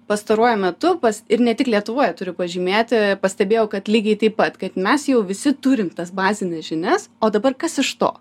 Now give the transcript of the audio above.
pastaruoju metu pas ir ne tik lietuvoje turiu pažymėti pastebėjau kad lygiai taip pat kad mes jau visi turim tas bazines žinias o dabar kas iš to